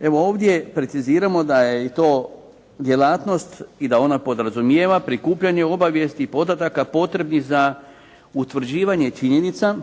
Evo ovdje preciziramo da je to djelatnost i da ona podrazumijeva prikupljanje obavijesti i podataka potrebnih za utvrđivanje činjenica,